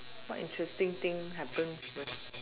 what interesting thing happen when